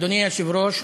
אדוני היושב-ראש,